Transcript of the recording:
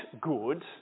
good